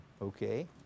Okay